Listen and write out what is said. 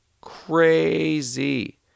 Crazy